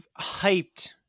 hyped